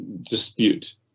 dispute